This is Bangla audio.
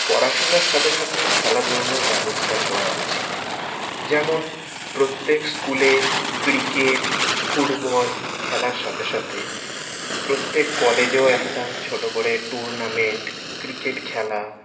পড়াশোনার সাথে সাথে খেলাধুলারও ব্যবস্থা করা উচিত যেমন প্রত্যেক স্কুলে ক্রিকেট ফুটবল খেলার সাথে সাথে প্রত্যেক কলেজেও একটা ছোট করে টুর্নামেন্ট ক্রিকেট খেলা